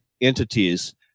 entities